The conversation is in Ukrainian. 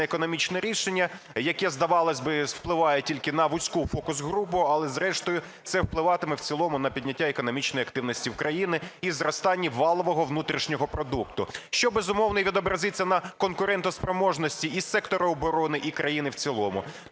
економічне рішення, яке, здавалось би, впливає тільки на вузьку фокус-групу, але, зрештою, це впливатиме в цілому на підняття економічної активності в країні і зростання валового внутрішнього продукту, що, безумовно, і відобразиться на конкурентоспроможності і сектору оборони, і країни в цілому.